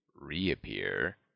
reappear